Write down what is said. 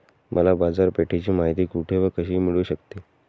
मला बाजारपेठेची माहिती कुठे व कशी मिळू शकते?